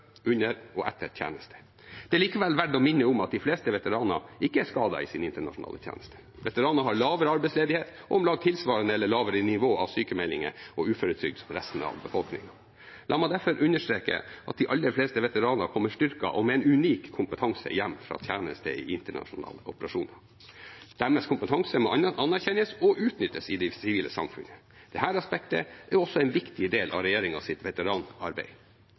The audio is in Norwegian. under og etter tjeneste. Det er likevel verd å minne om at de fleste veteraner ikke er skadet i sin internasjonale tjeneste. Veteraner har lavere arbeidsledighet og om lag tilsvarende – eller lavere – nivå av sykmeldinger og uføretrygd som resten av befolkningen. La meg derfor understreke at de aller fleste veteraner kommer styrket og med en unik kompetanse hjem fra tjeneste i internasjonale operasjoner. Deres kompetanse må anerkjennes og utnyttes i det sivile samfunnet. Dette aspektet er også en viktig del av regjeringens veteranarbeid.